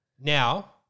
now